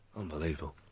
Unbelievable